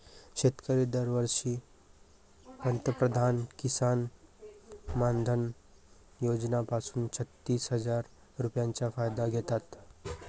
शेतकरी दरवर्षी पंतप्रधान किसन मानधन योजना पासून छत्तीस हजार रुपयांचा फायदा घेतात